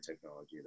technology